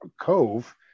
Cove